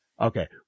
okay